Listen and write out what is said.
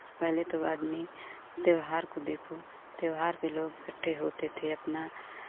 पहले तो आदमी त्योहार को देखो त्योहार पे लोग इकट्ठे होते थे अपना